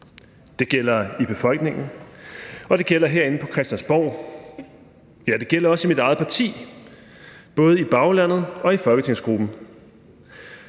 Det gælder i befolkningen, og det gælder herinde på Christiansborg, ja, det gælder også i mit eget parti, både i baglandet og i folketingsgruppen,